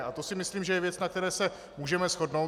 A to si myslím, že je věc, na které se můžeme shodnout.